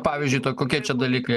pavyzdžiui kokie čia dalykai